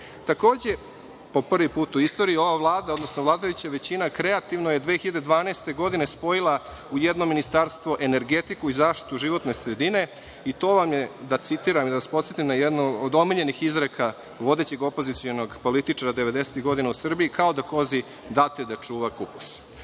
svrhe. Takođe, po prvi put u istoriji, ova Vlada, odnosno vladajuća većina, kreativno je 2012. godine spojila u jedno ministarstvo energetiku i zaštitu životne sredine, i to vam je, da citiram i da vas podsetim na jednu od omiljenih izreka vodećeg opozicionog političara 90-ih godina u Srbiji - kao da kozi date da čuva kupus. Čini